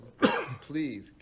please